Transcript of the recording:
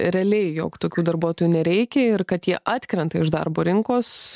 realiai jog tokių darbuotojų nereikia ir kad jie atkrenta iš darbo rinkos